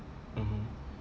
mmhmm